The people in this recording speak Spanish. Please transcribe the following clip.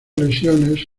lesiones